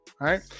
right